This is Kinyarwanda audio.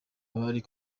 bari